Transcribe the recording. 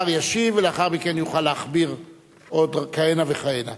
השר ישיב, ולאחר מכן יוכל להכביר עוד כהנה וכהנה.